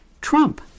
Trump